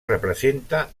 representa